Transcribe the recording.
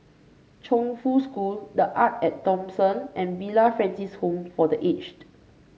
Chongfu School The Arte At Thomson and Villa Francis Home for The Aged